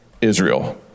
israel